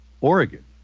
Oregon